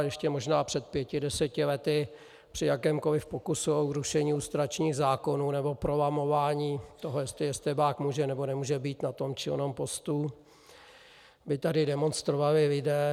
Ještě možná před pěti deseti lety, při jakémkoli pokusu o zrušení lustračních zákonů nebo prolamování toho, jestli estébák může, nebo nemůže být na tom či onom postu, by tady demonstrovali lidé.